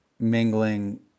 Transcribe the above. mingling